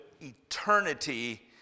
eternity